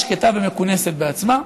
שקטה ומכונסת בעצמה.